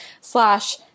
slash